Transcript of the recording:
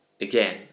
again